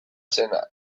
zena